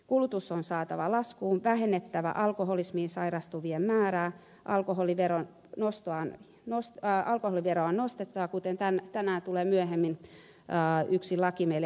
kulutus on saatava laskuun vähennettävä alkoholismiin sairastuvien määrää alkoholiveroa on nostettava kuten tänään tulee myöhemmin yksi laki meille ensimmäiseen käsittelyyn